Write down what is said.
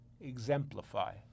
Exemplify